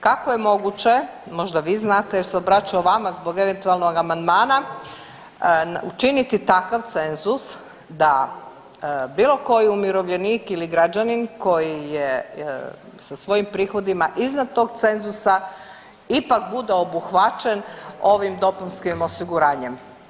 Kako je moguće, možda vi znate jer se obraćao vama zbog eventualnog amandmana učiniti takav cenzus da bilo koji umirovljenik ili građanin koji je sa svojim prihodima iznad tog cenzusa ipak bude obuhvaćen ovim dopunskim osiguranjem?